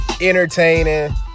entertaining